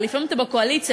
לפעמים אתה בקואליציה,